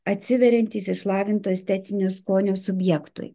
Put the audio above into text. atsiveriantys išlavinto estetinio skonio subjektui